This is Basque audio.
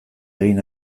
egin